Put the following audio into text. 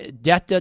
death